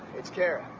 it's kara?